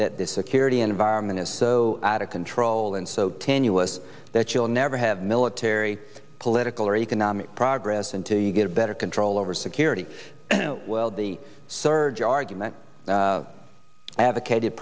that this security environment is so out of control and so tenuous that you'll never have military political or economic progress until you get better control over security the surge argument advocated